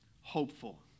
hopeful